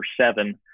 seven